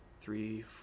three